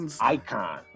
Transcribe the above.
icon